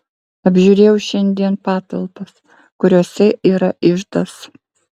apžiūrėjau šiandien patalpas kuriose yra iždas